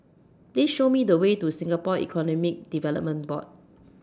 Please Show Me The Way to Singapore Economic Development Board